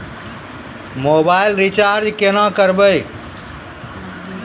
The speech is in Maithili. मोबाइल रिचार्ज केना करबै?